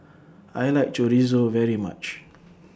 I like Chorizo very much